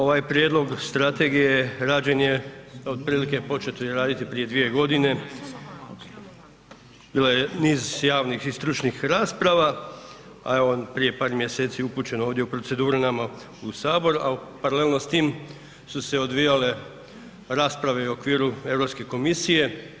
Ovaj prijedlog strategije rađen je otprilike početo je raditi prije dvije godine, bilo je niz javnih i stručnih rasprava, a evo prije par mjeseci ovdje u proceduru nama u Sabor, a paralelno s tim su se odvijale rasprave i u okviru Europske komisije.